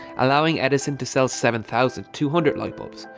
allowing edison to sell seven thousand two hundred lightbulbs,